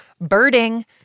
Birding